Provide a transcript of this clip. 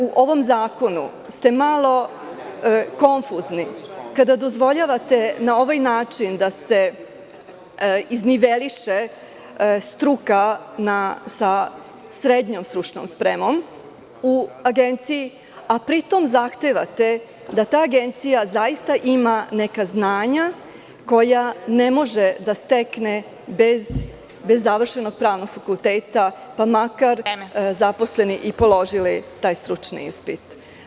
U ovom zakonu ste malo konfuzni kada dozvoljavate na ovaj način da se izniveliše struka sa SSS u agenciji, a pri tom zahtevate da ta agencija zaista ima neka znanja koja ne može da stekne bez završenog pravnog fakulteta, pa makar zaposleni i položili taj stručni ispit.